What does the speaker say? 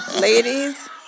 Ladies